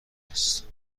است